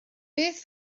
beth